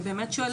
אני באמת שואלת,